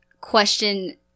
question